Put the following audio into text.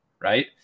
right